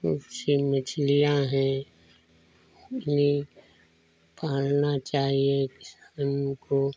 उसे मछलियाँ हैं उन्हें पालना चाहिए किसान को